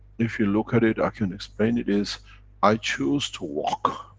if you look at it i can explain it is i choose to walk,